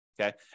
okay